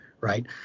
right